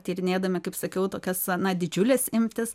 tyrinėdami kaip sakiau tokias na didžiules imtis